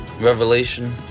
revelation